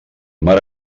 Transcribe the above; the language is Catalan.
mar